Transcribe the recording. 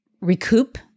recoup